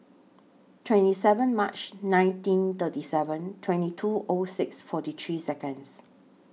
twenty seven March nineteen thirty seven twenty two O six forty three Seconds